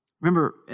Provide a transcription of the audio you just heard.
Remember